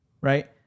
right